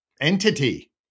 entity